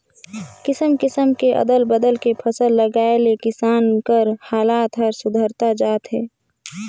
किसम किसम के अदल बदल के फसल उगाए ले किसान कर हालात हर सुधरता जात हे